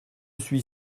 suis